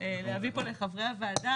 להביא פה לחברי הוועדה.